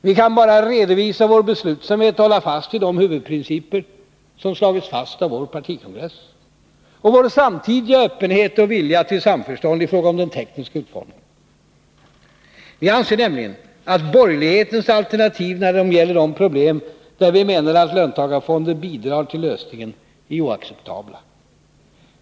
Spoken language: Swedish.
Vi kan bara redovisa vår beslutsamhet att hålla fast vid de huvudprinciper som slagits fast av vår partikongress och vår samtidiga öppenhet och vilja till samförstånd i fråga om den tekniska utformningen. Vi anser nämligen att borgerlighetens alternativ när det gäller de problem där vi menar att löntagarfonder bidrar till lösningen är oacceptabla.